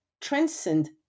transcend